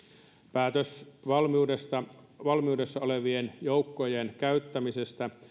päätös valmiudessa olevien joukkojen käyttämisestä